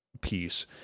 piece